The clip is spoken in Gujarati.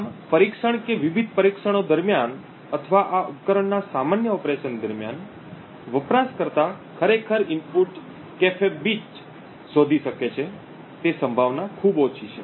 આમ પરીક્ષણ કે વિવિધ પરીક્ષણો દરમિયાન અથવા આ ઉપકરણના સામાન્ય ઓપરેશન દરમિયાન વપરાશકર્તા ખરેખર ઇનપુટ કાફેબીડ શોધી શકે છે તે સંભાવના ખૂબ ઓછી છે